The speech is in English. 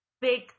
big